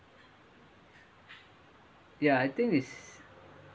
ya I think is